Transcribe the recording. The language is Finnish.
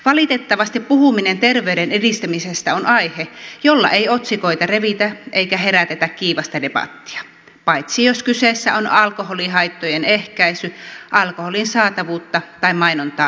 valitettavasti puhuminen terveyden edistämisestä on aihe jolla ei otsikoita revitä eikä herätetä kiivasta debattia paitsi jos kyseessä on alkoholihaittojen ehkäisy alkoholin saatavuutta tai mainontaa rajoittamalla